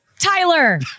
Tyler